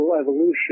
evolution